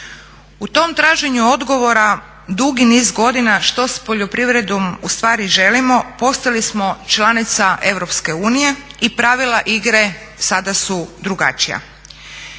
U tom traženju odgovora dugi niz godina što s poljoprivredom ustvari želimo postali smo članica Europske unije i pravila igre sada su drugačija.